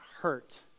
hurt